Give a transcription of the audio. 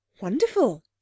Wonderful